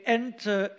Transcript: enter